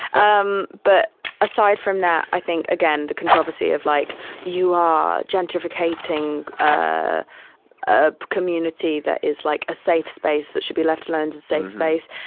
um but aside from that, i think, again, the controversy of like you are gentrificating ah a community that is like a safe space that should be left alone to save space.